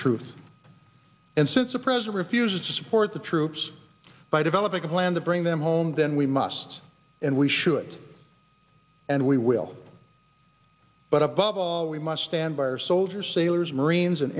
truth and since a president refused to support the troops by developing a plan to bring them home then we must and we should and we will but above all we must stand by our soldiers sailors marines and